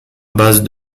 base